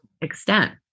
extent